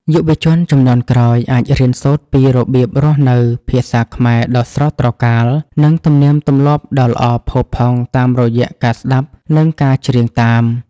យុវជនជំនាន់ក្រោយអាចរៀនសូត្រពីរបៀបរស់នៅ ភាសាខ្មែរដ៏ស្រស់ត្រកាល និងទំនៀមទម្លាប់ដ៏ល្អផូរផង់តាមរយៈការស្តាប់ និងការច្រៀងតាម។